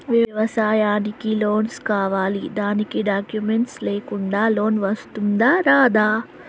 వ్యవసాయానికి లోన్స్ కావాలి దానికి డాక్యుమెంట్స్ లేకుండా లోన్ వస్తుందా రాదా?